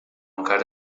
encara